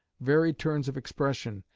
varied turns of expression,